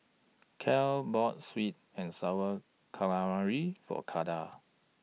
Kylie bought Sweet and Sour Calamari For Kylah